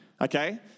okay